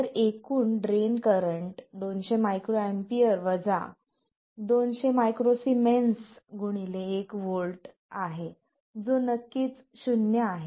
तर एकूण drain current 200 µA 200 µS 1 V आहे जो नक्कीच 0 आहे